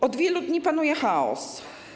Od wielu dni panuje chaos.